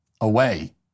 away